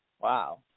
Wow